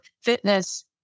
fitness